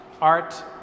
art